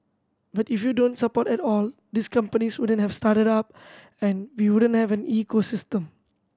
but if you don't support at all these companies wouldn't have started up and we wouldn't have an ecosystem